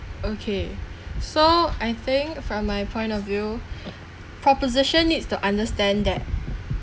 okay so I think from my point of view proposition needs to understand that